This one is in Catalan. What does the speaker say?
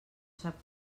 sap